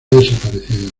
desaparecido